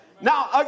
Now